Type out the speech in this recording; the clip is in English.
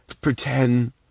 pretend